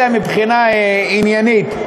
אלא מבחינה עניינית,